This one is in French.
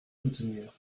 soutenir